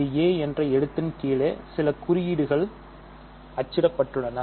இது a என்ற எழுத்தின் கீழே சில குறியீடுகள் அச்சிடப்பட்டுள்ளன